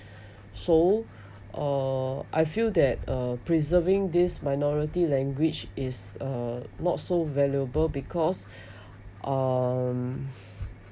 so uh I feel that uh preserving this minority language is uh not so valuable because um